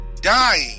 dying